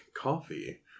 coffee